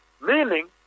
Meaning